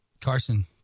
Carson